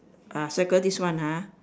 ah circle this one ha